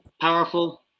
powerful